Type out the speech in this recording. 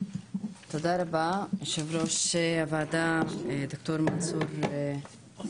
תודה רבה יו"ר הוועדה, ד"ר מנסור עבאס,